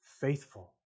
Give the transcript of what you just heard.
faithful